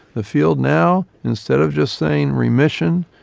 the field now instead of just saying remission,